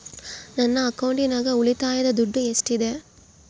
ನನ್ನ ಅಕೌಂಟಿನಾಗ ಉಳಿತಾಯದ ದುಡ್ಡು ಎಷ್ಟಿದೆ?